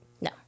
No